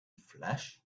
flesh